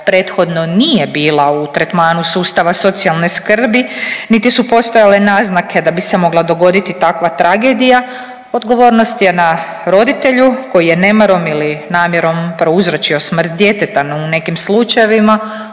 prethodno nije bila u tretmanu sustava socijale skrbi, niti su postojale naznake da bi se mogla dogoditi takva tragedija odgovornost je na roditelju koji je nemarom ili namjerom prouzročio smrt djeteta, no u nekim slučajevima